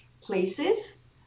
places